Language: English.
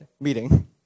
meeting